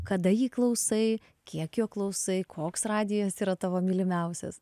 kada jį klausai kiek jo klausai koks radijas yra tavo mylimiausias